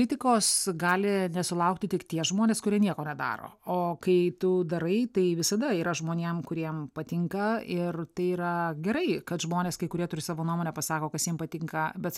kritikos gali nesulaukti tik tie žmonės kurie nieko nedaro o kai tu darai tai visada yra žmonėm kuriem patinka ir tai yra gerai kad žmonės kai kurie turi savo nuomonę pasako kas jiems patinka bet